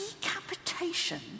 decapitation